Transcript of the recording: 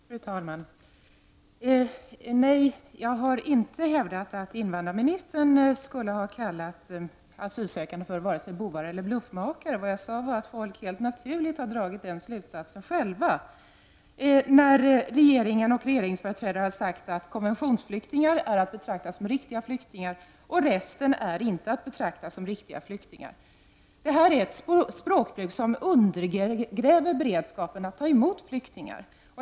Fru talman! Nej, jag har inte hävdat att invandrarministern skulle ha kallat asylsökande för bovar eller bluffmakare. Jag sade att folk helt naturligt har dragit den slutsatsen själva när företrädare för regeringen har sagt att konventionsflyktingar är att betrakta som riktiga flyktingar och resten inte är att betrakta som riktiga flyktingar. Det är ett språkbruk som undergräver beredskapen att ta emot flyktingar.